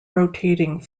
rotating